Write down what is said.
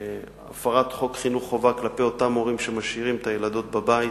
הפרת חוק חינוך חובה כלפי אותם הורים שמשאירים את הילדות בבית,